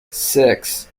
six